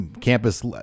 campus